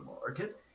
market